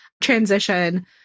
transition